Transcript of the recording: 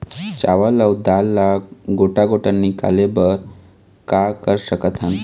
चावल अऊ दाल ला गोटा गोटा निकाले बर का कर सकथन?